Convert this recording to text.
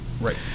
Right